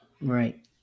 Right